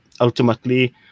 ultimately